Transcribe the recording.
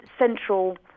central